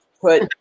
put